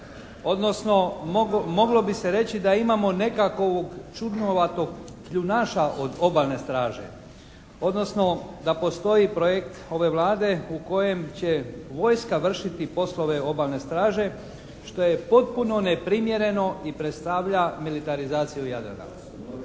odnosno moglo bi se reći da imamo nekakovog čudnovatog kljunaša od obalne straže odnosno da postoji projekt ove Vlade u kojem će vojska vršiti poslove obalne straže što je potpuno neprimjereno i predstavlja militarizaciju Jadrana.